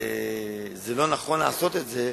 לא נכון לעשות את זה,